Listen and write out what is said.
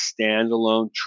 standalone